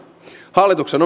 hallituksen